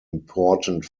important